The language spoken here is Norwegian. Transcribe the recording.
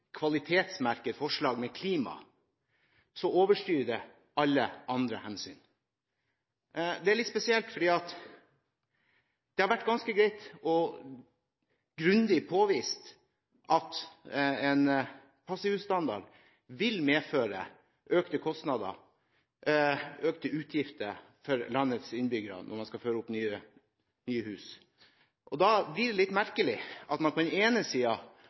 kvalitetsmerke forslag med «klima», overstyrer det alle andre hensyn. Det har vært greit og grundig påvist at en passivhusstandard vil medføre økte kostnader og utgifter for landets innbyggere når man skal føre opp nye hus. Da blir det litt merkelig at man har en klimadebatt og en passivhusdebatt som går helt på utsiden av det som er den